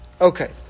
Okay